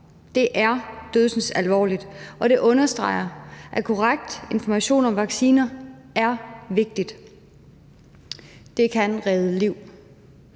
Det er dødsensalvorligt, og det understreger, at korrekt information om vacciner er vigtigt. Det kan redde liv.